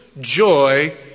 joy